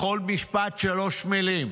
בכל משפט שלוש מילים: